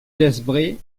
desbrest